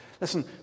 listen